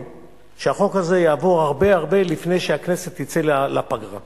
שהחוק הזה יעבור הרבה הרבה לפני שהכנסת תצא לפגרה.